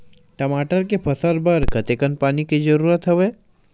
टमाटर के फसल बर कतेकन पानी के जरूरत हवय?